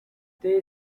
there